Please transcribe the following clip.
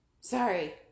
sorry